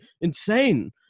insane